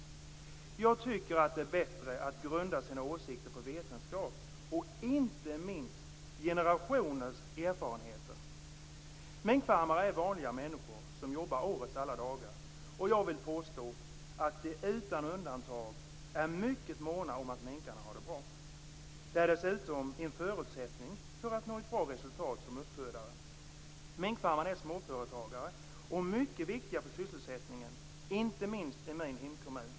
Jag tycker att det är bättre att grunda sina åsikter på vetenskap, inte minst generationers erfarenheter. Minkfarmare är vanliga människor som jobbar årets alla dagar. Jag vill påstå att de utan undantag är mycket måna om att minkarna har det bra. Det är dessutom en förutsättning för att nå ett bra resultat som uppfödare. Minkfarmare är småföretagare och mycket viktiga för sysselsättningen - inte minst i min hemkommun.